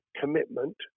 commitment